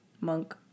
Monk